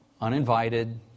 uninvited